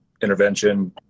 intervention